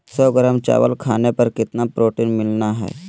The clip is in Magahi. सौ ग्राम चावल खाने पर कितना प्रोटीन मिलना हैय?